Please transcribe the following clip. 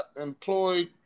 employed